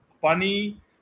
funny